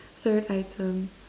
third item